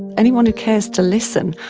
anyone who cares to listen,